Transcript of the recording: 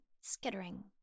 skittering